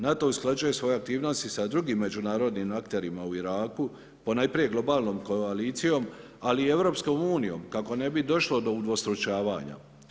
NATO usklađuje svoje aktivnosti sa drugim međunarodnim akterima u Iraku po najprije globalnom koalicijom, ali i Europskom unijom kako ne bi došlo do udvostručavanja.